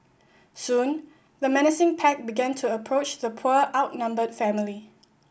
soon the menacing pack began to approach the poor outnumbered family